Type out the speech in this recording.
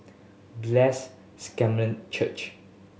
Blessed Church